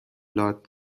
داد